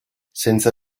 senza